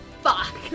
Fuck